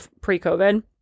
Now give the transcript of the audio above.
pre-COVID